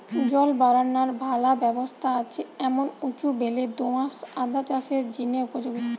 জল বারানার ভালা ব্যবস্থা আছে এমন উঁচু বেলে দো আঁশ আদা চাষের জিনে উপযোগী